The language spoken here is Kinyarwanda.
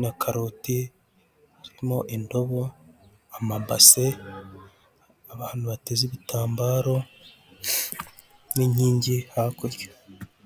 na karoti, harimo indobo, amabase, abantu bateze ibitambaro n'inyingi hakurya.